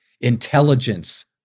intelligence